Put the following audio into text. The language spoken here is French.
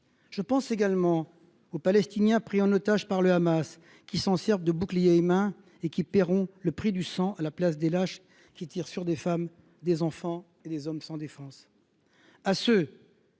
Je pense également aux Palestiniens pris en otage par le Hamas. Ils lui servent de bouclier humain et payeront le prix du sang à la place des lâches qui tirent sur des femmes, des enfants et des hommes sans défense.